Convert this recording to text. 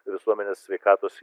visuomenės sveikatos